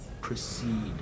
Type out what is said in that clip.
proceed